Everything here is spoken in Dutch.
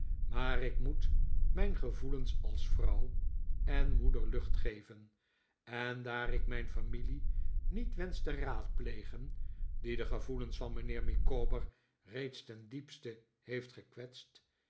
maar ik moet mijn gevoelens als vrouw en moeder lucht geven en daar ik mijn familie niet wensch te raadplegen die de gevoelens van mijnheer micawber reeds